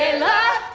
la